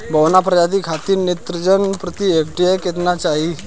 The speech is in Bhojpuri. बौना प्रजाति खातिर नेत्रजन प्रति हेक्टेयर केतना चाही?